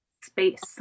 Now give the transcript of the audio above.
space